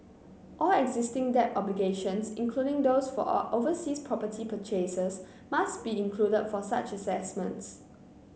all existing debt obligations including those for overseas property purchases must be included for such assessments